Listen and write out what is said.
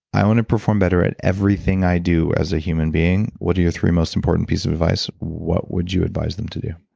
i want to perform better at everything i do as a human being, what are your three most important pieces of advice? what would you advice them to do?